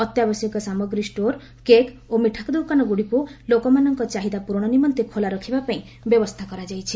ଅତ୍ୟାବଶ୍ୟକ ସାମଗ୍ରୀ store cake ଓ ମିଠାଦୋକାନଗୁଡିକୁ ଲୋକମାନଙ୍କ ଚାହିଦା ପୂର୍ବଣ ନିମନ୍ତେ ଖୋଲାରଖିବା ପାଇଁ ବ୍ୟବସ୍ଥା କରାଯାଇଛି